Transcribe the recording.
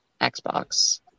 Xbox